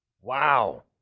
Wow